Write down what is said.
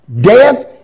Death